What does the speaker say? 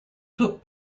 took